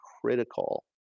critical